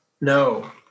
No